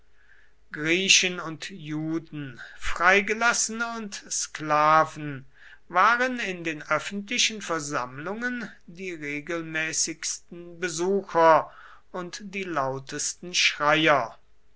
griechen und juden freigelassene und sklaven waren in den öffentlichen versammlungen die regelmäßigsten besucher und die lautesten schreier